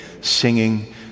singing